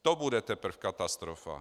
To bude teprv katastrofa.